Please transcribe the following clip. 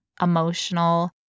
emotional